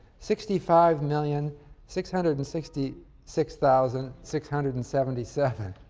sixty five million six hundred and sixty six thousand six hundred and seventy seven.